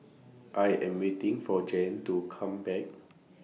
I Am waiting For Jan to Come Back